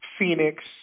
Phoenix